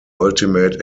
ultimate